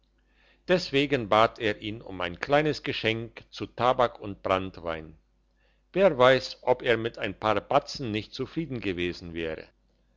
deswegen bat er ihn um ein kleines geschenk zu tabak und branntwein wer weiss ob er mit ein paar batzen nicht zufrieden gewesen wäre